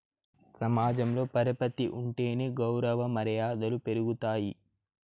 సమాజంలో పరపతి ఉంటేనే గౌరవ మర్యాదలు పెరుగుతాయి